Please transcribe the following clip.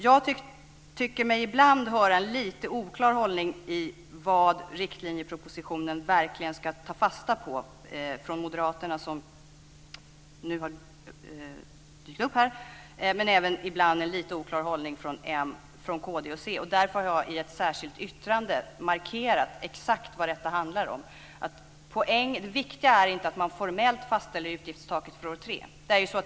Jag tycker mig ibland höra en lite oklar hållning från moderaterna om vad riktlinjepropositionen verkligen ska ta fasta på, men det är ibland även en oklar hållning från kd och c. Därför har jag i ett särskilt yttrande markerat exakt vad detta handlar om. Det viktiga är inte att formellt fastställa utgiftstaket för år tre.